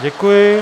Děkuji.